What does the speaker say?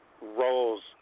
roles